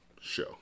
show